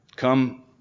Come